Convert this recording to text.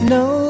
no